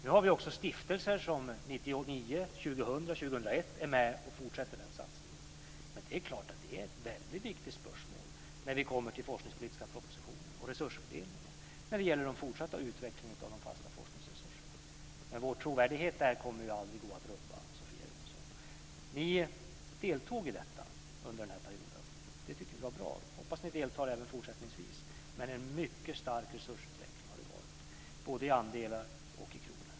Nu har vi också stiftelser som 1999, 2000 och 2001 är med och fortsätter den satsningen. Men det är klart att det är ett väldigt viktigt spörsmål när vi kommer till den forskningspolitiska propositionen och resursfördelningen när det gäller den fortsatta utvecklingen av de fasta forskningsresurserna. Vår trovärdighet där kommer aldrig att gå att rubba, Sofia Jonsson. Ni deltog i detta under den här perioden. Vi tyckte att det var bra. Jag hoppas att ni deltar även fortsättningsvis. Men en mycket stark resursutveckling har det varit, både i andelar och i kronor.